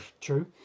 true